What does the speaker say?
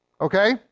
Okay